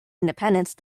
independence